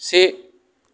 से